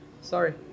sorry